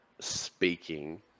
speaking